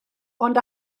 ond